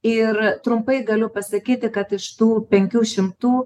ir trumpai galiu pasakyti kad iš tų penkių šimtų